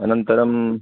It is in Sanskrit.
अनन्तरम्